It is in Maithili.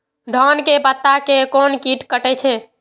धान के पत्ता के कोन कीट कटे छे?